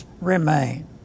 remain